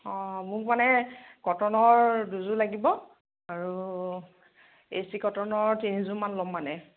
মোক মানে কটনৰ দুযোৰ লাগিব আৰু এ চি কটনৰ তিনিযোৰমান ল'ম মানে